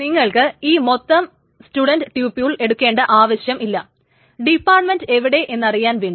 നിങ്ങൾക്ക് ഈ മൊത്തം സ്റ്റ്യൂഡന്റ് ട്യൂപ്യൂൾ എടുക്കേണ്ട അവശ്യം ഇല്ല ഡിപാർട്ട്മെന്റ് എവിടെ എന്നറിയാൻ വേണ്ടി